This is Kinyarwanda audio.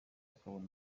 bakabona